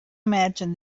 imagine